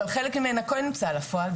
אבל חלק ממנה כן הוצא לפועל,